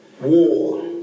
war